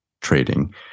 trading